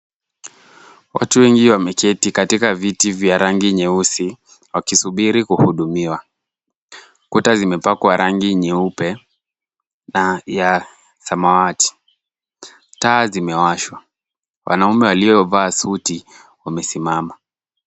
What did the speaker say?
Watu wengi wameketi katika viti vya rangi nyeusi wakisubiri kuhudumiwa. Kuta zimepakwa rangi nyeupe na ya samawati. Taa zimewashwa. Wanaume waliovaa suti wamesimama.